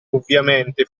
ovviamente